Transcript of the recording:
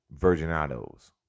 virginados